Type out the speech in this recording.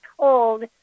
told